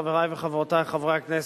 חברי וחברותי חברי הכנסת,